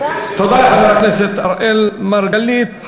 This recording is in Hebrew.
תודה לחבר הכנסת אראל מרגלית.